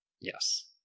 Yes